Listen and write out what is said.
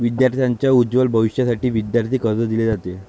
विद्यार्थांच्या उज्ज्वल भविष्यासाठी विद्यार्थी कर्ज दिले जाते